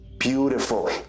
Beautiful